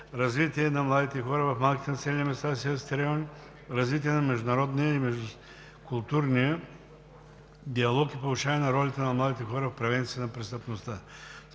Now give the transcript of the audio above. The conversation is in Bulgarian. развитие на младите хора в малките населени места и селските райони, развитие на международния и междукултурния диалог и повишаване на ролята на младите хора в превенцията на престъпността.